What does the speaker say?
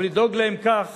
אבל לדאוג להם כך